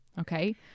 Okay